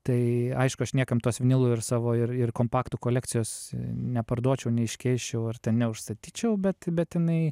tai aišku aš niekam tos vinilų ir savo ir kompaktų kolekcijos neparduočiau neiškeisčiau ar ten neužstatyčiau bet bet jinai